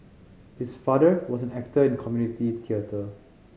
his father was an actor in community theatre